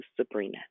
sabrina